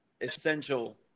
essential